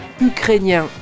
ukrainien